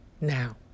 now